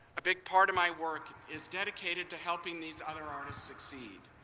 a big part of my work is dedicated to helping these other artists succeed.